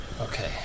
Okay